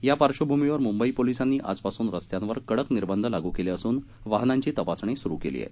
त्या पार्क्वभूमीवर मुंबई पोलिसांनी आजपासून रस्त्यावर कडक निर्बंध लागू केले असून वाहनांची तपासणी सुरू केली आहे